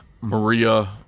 Maria